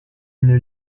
une